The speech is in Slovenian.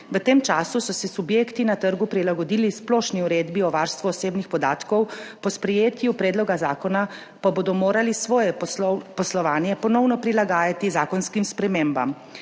V tem času so se subjekti na trgu prilagodili splošni uredbi o varstvu osebnih podatkov, po sprejetju predloga zakona pa bodo morali svoje poslovanje ponovno prilagajati zakonskim spremembam.